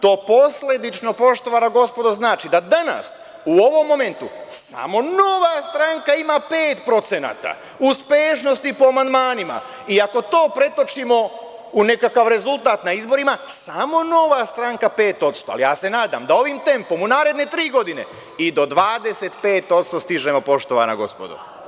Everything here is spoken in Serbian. To posledično, poštovana gospodo, znači da danas, u ovom momentu samo Nova stranka ima pet procenata uspešnosti po amandmanima i ako to pretočimo u nekakav rezultat na izborima samo Nova stranka pet odsto, ali ja se nadam da ovim tempom u naredne tri godine i do 25% stižemo poštovana gospodo.